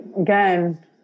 Again